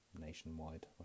Nationwide